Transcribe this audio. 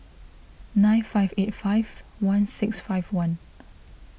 nine five eight five one six five one